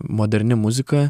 moderni muzika